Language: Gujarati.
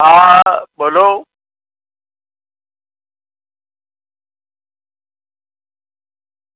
હા બોલો